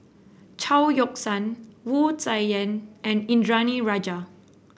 Chao Yoke San Wu Tsai Yen and Indranee Rajah